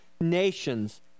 nations